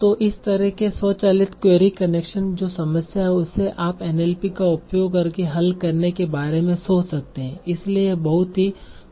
तो इस तरह के स्वचालित क्वेरी करेक्शन जो समस्या है उसे आप एनएलपी का उपयोग करके हल करने के बारे में सोच सकते हैं इसलिए यह बहुत ही व्यवस्थित तरीके है